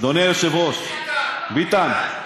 אדוני היושב-ראש, ביטן,